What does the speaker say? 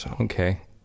Okay